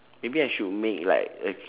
maybe I should make like a